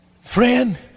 Friend